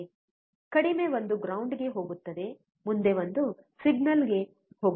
ಕಡಿಮೆ ಒಂದು ಗ್ರೌಂಡ್ ಗೆ ಹೋಗುತ್ತದೆ ಮುಂದೆ ಒಂದು ಸಿಗ್ನಲ್ಗೆ ಹೋಗುತ್ತದೆ